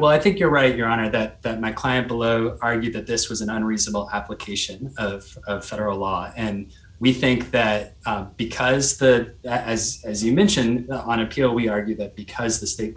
well i think you're right your honor that that my client below argue that this was an unreasonable application of federal law and we think that because the as as you mentioned on appeal we argued that because the state